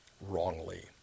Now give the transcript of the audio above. wrongly